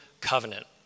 covenant